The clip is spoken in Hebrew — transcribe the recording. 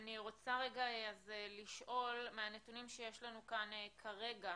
אני רוצה לשאול מהנתונים שיש לנו כאן כרגע,